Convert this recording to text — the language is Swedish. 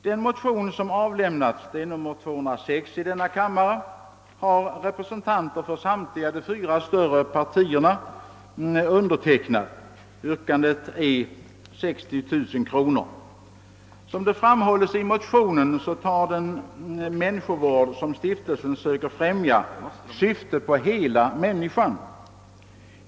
| Den motion som avlämnats, I1:206, har undertecknats av representanter för samtliga de fyra stora partierna, och anslagsyrkandet är 60 000 kronor. Såsom framhålles i motionen syftar den människovård som stiftelsen söker främja till hela människan.